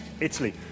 Italy